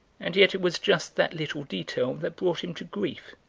and yet it was just that little detail that brought him to grief.